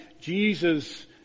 Jesus